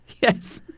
yes,